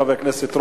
חבר הכנסת רותם,